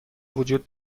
وجود